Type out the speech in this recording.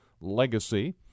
legacy